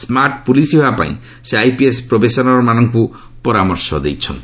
ସ୍କାର୍ଟ police ହେବା ପାଇଁ ସେ ଆଇପିଏସ୍ ପ୍ରୋବେସନରମାନଙ୍କୁ ପରାମର୍ଶ ଦେଇଛନ୍ତି